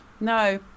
No